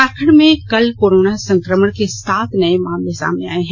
झारखंड में कल कोरोना संक्रमण के सात नए मामले सामने आए हैं